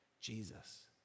Jesus